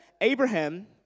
Abraham